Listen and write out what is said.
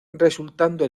resultando